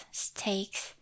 steaks